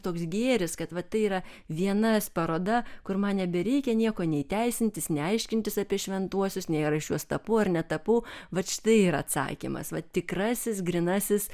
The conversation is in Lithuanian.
toks gėris kad va tai yra viena paroda kur man nebereikia nieko nei teisintis nei aiškintis apie šventuosius nei ar aš juos tapau ar netapau vat štai ir atsakymas va tikrasis grynasis